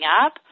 up